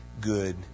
good